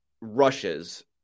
rushes